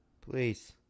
Please